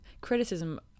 Criticism